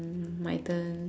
my turn